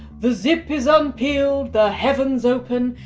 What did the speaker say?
the zip is unpeeled, the heavens open,